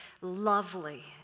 lovely